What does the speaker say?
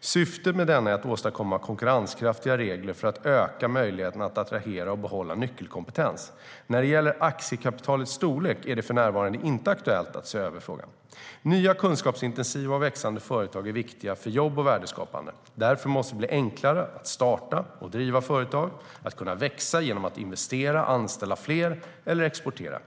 Syftet med denna är att åstadkomma konkurrenskraftiga regler för att öka möjligheterna att attrahera och behålla nyckelkompetens. När det gäller aktiekapitalets storlek är det för närvarande inte aktuellt att se över frågan. Nya, kunskapsintensiva och växande företag är viktiga för jobb och värdeskapande. Därför måste det bli enklare att starta och driva företag och att kunna växa genom att investera, anställa fler eller exportera.